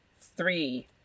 three